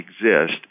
exist